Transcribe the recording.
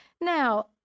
Now